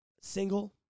single